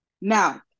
Now